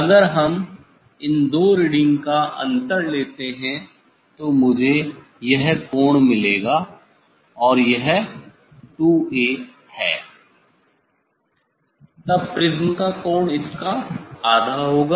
अगर हम इन दो रीडिंग का अंतर लेते हैं तो मुझे यह कोण मिलेगा और यह 2A है तब प्रिज्म का कोण इसका आधा होगा